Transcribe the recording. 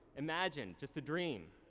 imagined, just the dream.